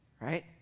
right